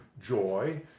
joy